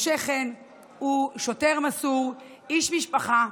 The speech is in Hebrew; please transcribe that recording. משה חן הוא שוטר מסור, איש משפחה,